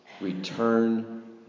return